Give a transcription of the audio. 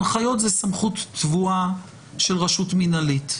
הנחיות זאת סמכות צבועה של רשות מינהלית.